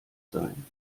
sein